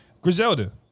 Griselda